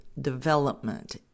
development